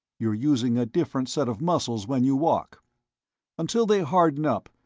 you're using a different set of muscles when you walk until they harden up,